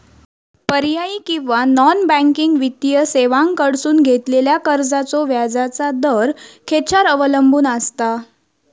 पर्यायी किंवा non banking वित्तीय सेवांकडसून घेतलेल्या कर्जाचो व्याजाचा दर खेच्यार अवलंबून आसता?